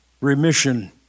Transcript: remission